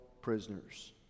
prisoners